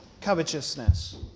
covetousness